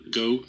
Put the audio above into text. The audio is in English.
go